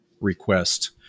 request